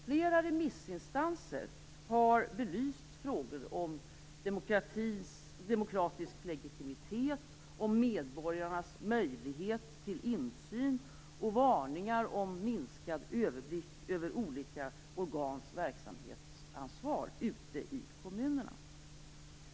Flera remissinstanser har belyst frågor om demokratisk legitimitet, om medborgarnas möjlighet till insyn och varningar om minskad överblick över olika organs verksamhetsansvar ute i kommunerna.